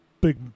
big